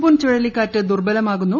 പുൻ ചുഴലിക്കാറ്റ് ദുർബലമാകുന്നു